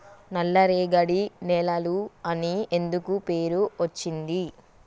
నల్లరేగడి నేలలు అని ఎందుకు పేరు అచ్చింది?